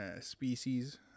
species